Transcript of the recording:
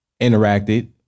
interacted